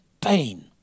pain